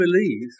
believe